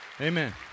amen